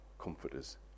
comforters